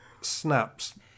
snaps